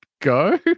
go